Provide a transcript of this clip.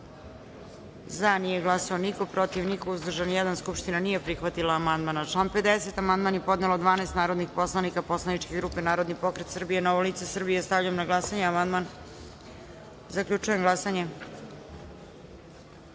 za – nije glasao niko, protiv – niko, uzdržan – jedan. Skupština nije prihvatila amandman. Na član 53. amandman je podnelo 12 narodnih poslanika poslaničke grupe Narodni pokret Srbije – Novo lice Srbije. Stavljam na glasanje amandman. Zaključujem glasanje: